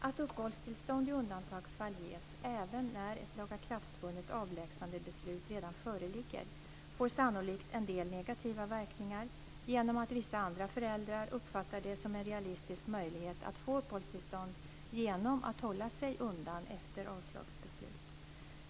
Att uppehållstillstånd i undantagsfall ges även när ett lagakraftvunnet avlägsnandebeslut redan föreligger får sannolikt en del negativa verkningar genom att vissa andra föräldrar uppfattar det som en realistisk möjlighet att få uppehållstillstånd genom att hålla sig undan efter avslagsbeslut.